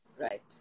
Right